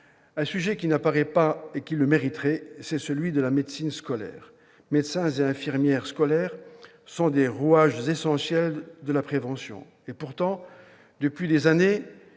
Un sujet qui n'apparaît pas, alors qu'il le mériterait, est celui de la médecine scolaire. Médecins et infirmières scolaires sont des rouages essentiels de la prévention. Et pourtant, depuis des années,